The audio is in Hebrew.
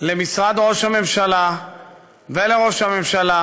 למשרד ראש הממשלה ולראש הממשלה